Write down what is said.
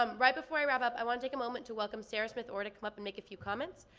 um right before i wrap up, i want to take a moment to welcome sarah smith orr to come up and make a few comments.